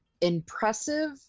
impressive